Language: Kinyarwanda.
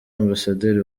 ambasaderi